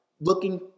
looking